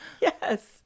yes